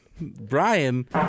Brian